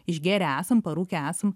išgėrę esam parūkę esam